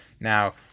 Now